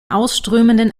ausströmenden